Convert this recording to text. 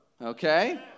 Okay